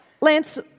Lance